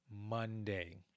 Monday